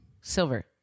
Silver